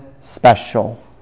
special